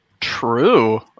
True